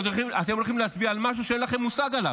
כי אתם הולכים להצביע על משהו שאין לכם מושג עליו,